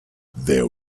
there